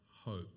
hope